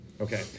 Okay